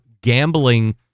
gambling